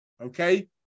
Okay